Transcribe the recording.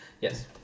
Yes